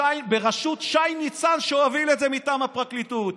בראשות שי ניצן, שהוביל את זה מטעם הפרקליטות.